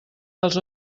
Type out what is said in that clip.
dels